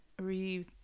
re-